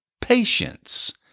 patience